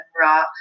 raw